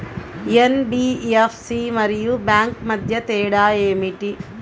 NBFC మరియు bank మధ్య తేడా ఏమిటి?